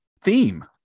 theme